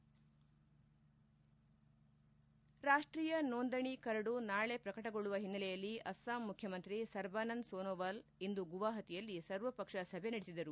head ರಾಷ್ವೀಯ ನೋಂದಣಿ ಕರಡು ನಾಳೆ ಪ್ರಕಟಗೊಳ್ಳುವ ಹಿನ್ನೆಲೆಯಲ್ಲಿ ಅಸ್ಲಾಂ ಮುಖ್ಯಮಂತ್ರಿ ಸರ್ಬಾನಂದ್ ಸೊನೋವಾಲ್ ಇಂದು ಗುವಪತಿಯಲ್ಲಿ ಸರ್ವ ಪಕ್ಷ ಸಭೆ ನಡೆಸಿದರು